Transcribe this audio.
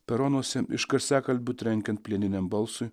peronuose iš garsiakalbių trenkiant plieniniam balsui